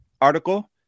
article